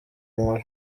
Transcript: nkuru